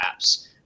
apps